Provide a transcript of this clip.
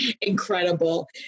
incredible